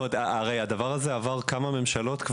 הרי הדבר הזה עבר כמה ממשלות,